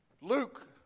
Luke